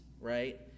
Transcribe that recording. right